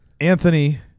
Anthony